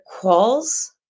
quals